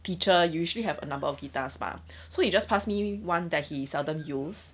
teacher usually have a number of guitars mah so he just pass me one that he seldom use